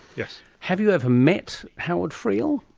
yeah have you ever met howard friel?